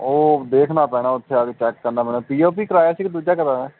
ਉਹ ਦੇਖਣਾ ਪੈਣਾ ਉੱਥੇ ਆ ਕੇ ਚੈੱਕ ਕਰਨਾ ਪੈਣਾ ਪੀ ਓ ਪੀ ਕਰਾਇਆ ਸੀ ਕਿ ਦੂਜਾ ਕਰਾਇਆ